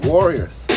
Warriors